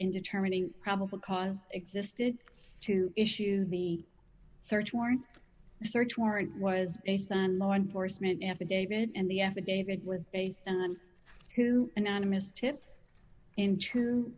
in determining probable cause existed to issue the search warrant a search warrant was a stand law enforcement affidavit and the affidavit was based on who anonymous tips in true